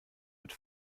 mit